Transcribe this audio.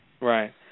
Right